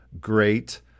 great